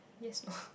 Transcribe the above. yes go